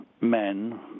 men